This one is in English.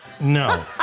No